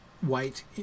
White